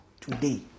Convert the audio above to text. today